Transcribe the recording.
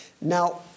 Now